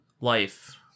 life